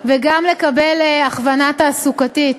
וגם לקבל הכוונה תעסוקתית.